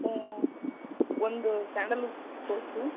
ಮತ್ತು ಒಂದು sandalwood soap